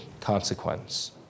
consequence